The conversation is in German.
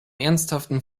ernsthaften